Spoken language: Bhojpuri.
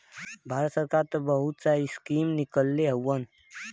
भारत सरकार त बहुत सा स्कीम निकलले हउवन